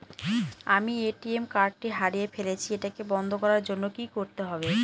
আমি ATM card টি হারিয়ে ফেলেছি এটাকে বন্ধ করার জন্য কি করতে হবে?